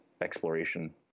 exploration